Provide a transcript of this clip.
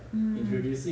mm